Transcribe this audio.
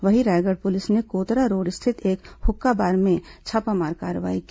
वहीं रायगढ़ पुलिस ने कोतरा रोड स्थित एक हुक्काबार में छापामार कार्रवाई की